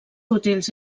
útils